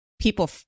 people